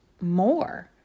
more